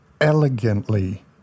elegantly